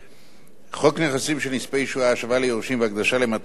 חוק נכסים של נספי השואה (השבה ליורשים והקדשה למטרות סיוע והנצחה),